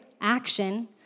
action